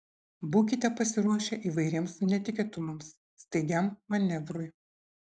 būkite pasiruošę įvairiems netikėtumams staigiam manevrui